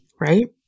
right